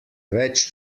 več